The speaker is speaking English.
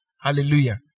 Hallelujah